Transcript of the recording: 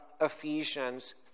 Ephesians